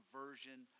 version